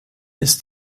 ist